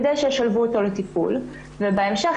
כדי שישלבו אותו לטיפול ובהמשך,